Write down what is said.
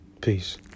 Peace